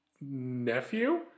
nephew